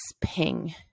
Ping